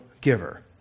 giver